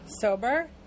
Sober